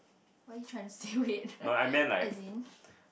what you trying to say wait as in